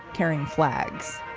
carrying flags.